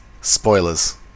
spoilers